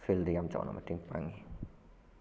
ꯐꯤꯜꯗ ꯌꯥꯝ ꯆꯥꯎꯅ ꯃꯇꯦꯡ ꯄꯥꯡꯉꯤ